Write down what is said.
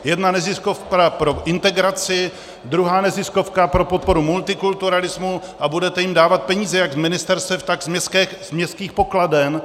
Jedna neziskovka pro integraci, druhá neziskovka pro podporu multikulturalismu, a budete jim dávat peníze jak z ministerstev, tak z městských pokladen.